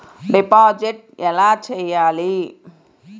Deposit ఎలా చెయ్యాలి?